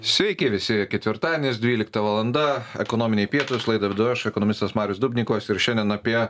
sveiki visi ketvirtadienis dvylikta valanda ekonominiai pietūs laidą vedu aš ekonomistas marius dubnikovas ir šiandien apie